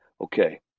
Okay